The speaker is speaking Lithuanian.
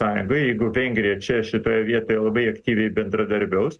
sąjungoj jeigu vengrija čia šitoje vietoje labai aktyviai bendradarbiaus